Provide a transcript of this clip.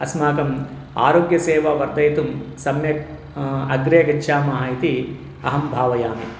अस्माकम् आरोग्यसेवां वर्धयितुं सम्यक् अग्रे गच्छामः इति अहं भावयामि